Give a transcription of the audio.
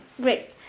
great